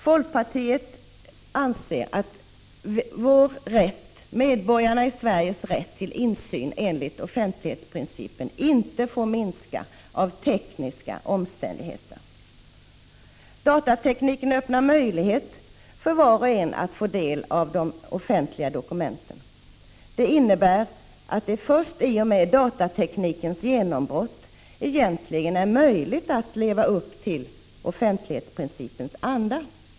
Folkpartiet anser att medborgarnas rätt till insyn enligt offentlighetsprincipen inte får minska på grund av tekniska omständigheter. Datatekniken öppnar möjlighet för var och en att få del av de offentliga dokumenten. Det innebär att det först i och med datateknikens genombrott egentligen är möjligt att leva upp till offentlighetsprincipens anda.